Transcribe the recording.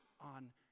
on